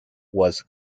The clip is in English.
was